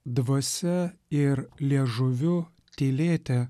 dvasia ir liežuviu tylėti